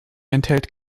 enthält